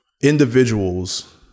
individuals